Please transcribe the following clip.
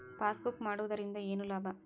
Passbook ಮಾಡುದರಿಂದ ಏನು ಲಾಭ?